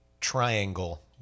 triangle